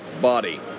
body